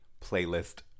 playlist